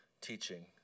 teaching